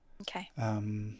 Okay